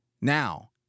now